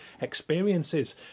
experiences